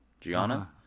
Gianna